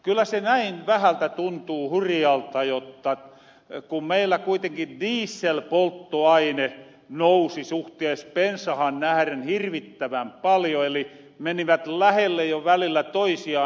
kyllä se vähä tuntuu hurjalta ku meillä kuitenkin dieselpolttoaine nousi suhtees pensahan hirvittävän paljo eli menivät lähelle jo välillä toisiaan